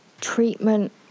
treatment